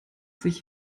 sich